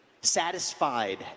satisfied